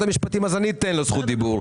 המשפטים אז אני אתן לו זכות דיבור.